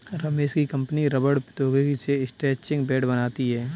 रमेश की company rubber प्रौद्योगिकी से स्ट्रैचिंग बैंड बनाती है